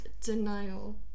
denial